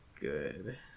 good